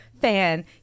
fan